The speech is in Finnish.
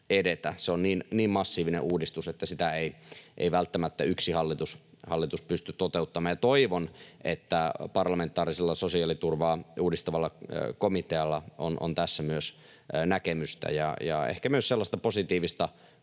edetä. Se on niin massiivinen uudistus, että sitä ei välttämättä yksi hallitus pysty toteuttamaan. Toivon, että parlamentaarisella sosiaaliturvaa uudistavalla komitealla on tässä myös näkemystä ja ehkä myös sellaista positiivista